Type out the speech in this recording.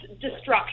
destruction